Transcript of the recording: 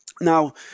now